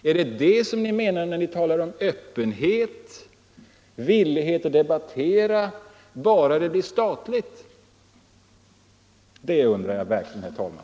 Är det det ni menar när ni talar om öppenhet och villighet att debattera, bara det blir fråga om en statlig satsning? Det undrar jag verkligen, herr talman!